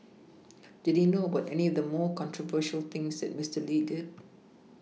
did he know about any of the more controversial things that Mister Lee did